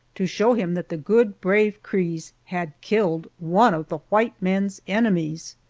to show him that the good, brave crees had killed one of the white man's enemies!